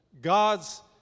God's